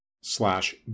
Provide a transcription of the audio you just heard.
slash